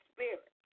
Spirit